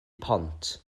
pont